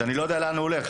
שאני לא יודע לאן הוא הולך.